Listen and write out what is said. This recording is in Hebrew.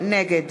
נגד